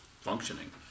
functioning